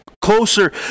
closer